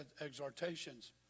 exhortations